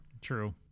True